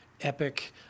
epic